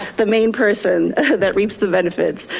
the main person that reaps the benefits.